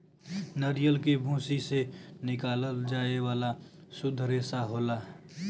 नरियल के भूसी से निकालल जाये वाला सुद्ध रेसा होला